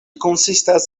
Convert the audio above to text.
konsistas